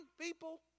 people